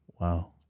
Wow